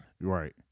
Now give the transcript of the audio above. Right